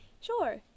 Sure